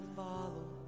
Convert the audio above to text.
follow